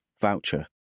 voucher